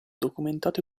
documentato